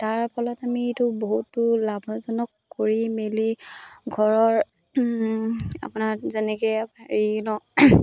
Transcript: তাৰ ফলত আমি এইটো বহুতো লাভজনক কৰি মেলি ঘৰৰ আপোনাৰ যেনেকৈ হেৰি লওঁ